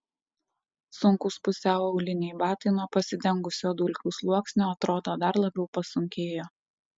sunkūs pusiau auliniai batai nuo pasidengusio dulkių sluoksnio atrodo dar labiau pasunkėjo